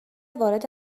وارد